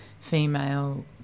female